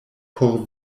por